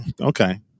Okay